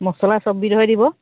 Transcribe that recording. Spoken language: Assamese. মচলা চববিধৰে দিব